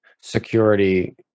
security